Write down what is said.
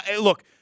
Look